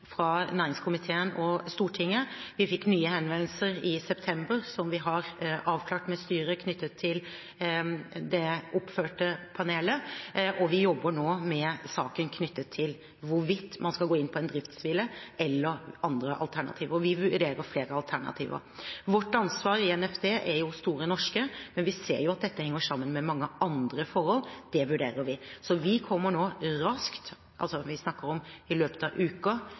fra næringskomiteen og Stortinget, og vi fikk nye henvendelser i september knyttet til det oppfarte panelet, som vi har avklart med styret, og vi jobber nå med saken knyttet til hvorvidt man skal gå inn på en driftshvile eller andre alternativer. Vi vurderer flere alternativer. Vårt ansvar i Nærings- og fiskeridepartementet er Store Norske, men vi ser jo at dette henger sammen med mange andre forhold. Det vurderer vi. Så vi kommer nå raskt – vi snakker om i løpet av